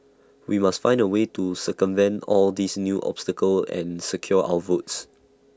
we must find A way to circumvent all these new obstacles and secure our votes